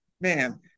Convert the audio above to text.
Man